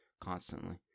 constantly